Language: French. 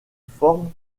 forme